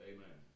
Amen